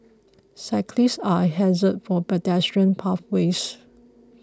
cyclists are a hazard for pedestrian pathways